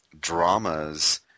dramas